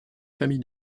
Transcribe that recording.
famille